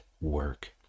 work